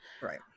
right